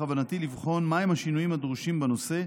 בכוונתי לבחון מהם השינויים הדרושים בנושא,